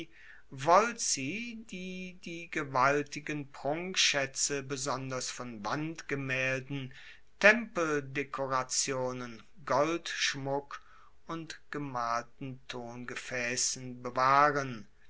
die die gewaltigen prunkschaetze besonders von wandgemaelden tempeldekorationen goldschmuck und gemalten tongefaessen bewahren